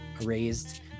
raised